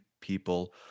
people